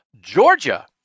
Georgia